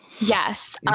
yes